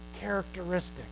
characteristic